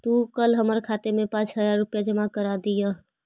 तू कल हमर खाते में पाँच हजार रुपए जमा करा दियह